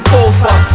over